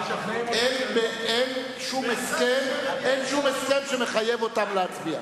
אין שום הסכם שמחייב אותם להצביע.